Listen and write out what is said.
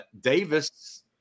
davis